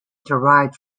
derived